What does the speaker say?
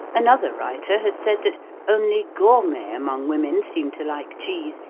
another writer has said that only gourmets among women seem to like cheese,